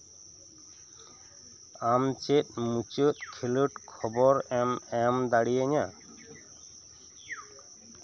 ᱟᱢ ᱪᱮᱫ ᱢᱩᱪᱟᱹᱫ ᱠᱷᱮᱞᱳᱰ ᱠᱷᱚᱵᱚᱨᱮᱢ ᱮᱢ ᱫᱟᱲᱮᱭᱤᱧᱟᱹ